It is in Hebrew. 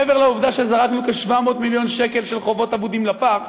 מעבר לעובדה שזרקנו כ-700 מיליון שקל של חובות אבודים לפח